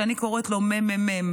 שאני קוראת לו ממ"מ,